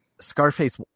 Scarface